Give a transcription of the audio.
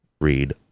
read